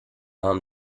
haben